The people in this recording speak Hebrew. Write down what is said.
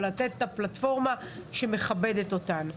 אבל לתת את הפלטפורמה שמכבדת אותנו.